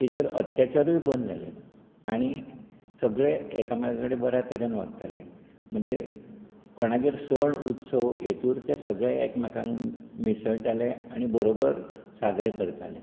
तेचेर अत्याचारूय बंद जाले आनी सगळे एकामेकां कडेन बरे तरेन वागताले म्हणजे कोणागेर सण उत्सव हेतुर ते सगळे एकमेकांक मिसळटाले आनी बरोबर साजरे करताले